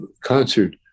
concert